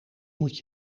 moet